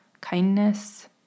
kindness